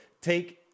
take